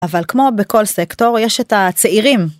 אבל כמו בכל סקטור, יש את הצעירים.